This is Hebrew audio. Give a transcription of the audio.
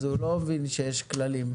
אז הוא לא מבין שיש כללים.